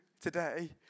today